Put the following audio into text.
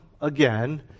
again